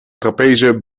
trapeze